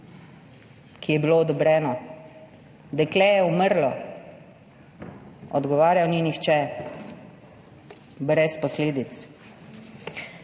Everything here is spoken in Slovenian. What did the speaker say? ki je bilo odobreno. Dekle je umrlo, odgovarjal ni nihče. Brez posledic.